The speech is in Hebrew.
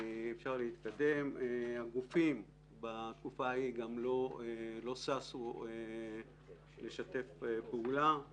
בתקופה ההיא הגופים לא ששו לשתף פעולה,